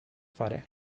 fare